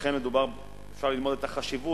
לכן אפשר ללמוד א.